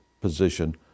position